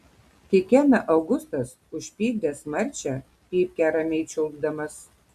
kikena augustas užpykdęs marčią pypkę ramiai čiulpdamas